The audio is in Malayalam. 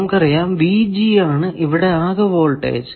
നമുക്കറിയാം ആണ് ഇവിടെ ആകെ വോൾടേജ്